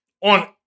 on